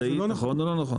מדעית נכון או לא נכון?